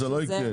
זה לא יקרה.